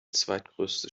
zweitgrößte